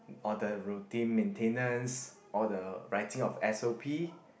or the routine maintenance or the writing of s_o_p